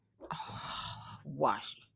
Washi